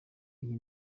iyi